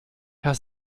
herr